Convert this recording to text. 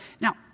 Now